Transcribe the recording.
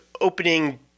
opening